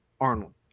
Arnold